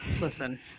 listen